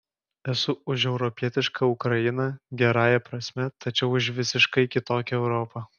esu už europietišką ukrainą gerąja prasme tačiau už visiškai kitokią europą